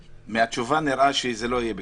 מהתשובה נראה שזה לא יהיה בקרוב.